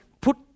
put